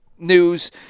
news